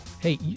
Hey